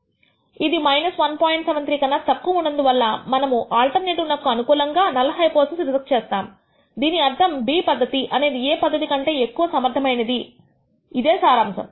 73 కన్నా తక్కువ ఉన్నందువల్ల మనము ఆల్టర్నేటివ్ నకు అనుకూలముగా నల్ హైపోథిసిస్ రిజెక్ట్ చేస్తాము దీని అర్థం B పద్ధతి అనేది A పద్ధతి కంటే ఎక్కువ సమర్థమైనది ఇదే సారాంశము